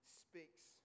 speaks